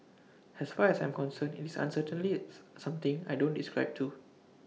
as far as I'm concerned it's certainly something I don't describe to